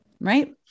right